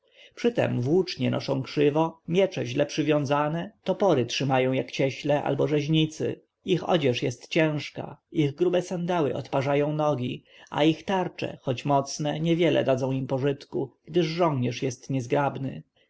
przytem włócznie noszą krzywo miecze źle przywiązane topory trzymają jak cieśle albo rzeźnicy ich odzież jest ciężka ich grube sandały odparzają nogi a ich tarcze choć mocne niewiele dadzą im pożytku gdyż żołnierz jest niezgrabny